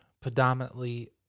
predominantly